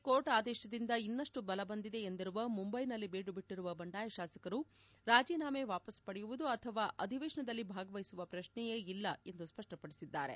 court ಆದೇಶದಿಂದ ಇನ್ನಷ್ಟು ಬಲ ಬಂದಿದೆ ಎಂದಿರುವ ಮುಂಬೈನಲ್ಲಿ ಬೀಡು ಬಿಟ್ಚಿರುವ ಬಂಡಾಯ ಶಾಸಕರು ರಾಜೀನಾಮೆ ವಾಪಸ್ ಪಡೆಯುವುದು ಅಥವಾ ಅಧಿವೇಶನದಲ್ಲಿ ಭಾಗವಹಿಸುವ ಪ್ರಶ್ನೆಯೇ ಇಲ್ಲ ಎಂದು ಸ್ವಡ್ವಪಡಿಸಿದ್ದಾರೆ